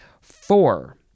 Four